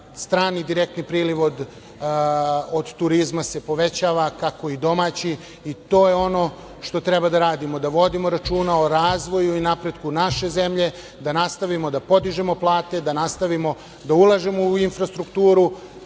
strani direktni priliv od turizma se povećava, kako i domaći, i to je ono što treba da radimo - da vodimo računa o razvoju i napretku naše zemlje, da nastavimo da podižemo plate, da nastavimo da ulažemo u infrastrukturu,